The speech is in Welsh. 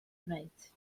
gwneud